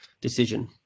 decision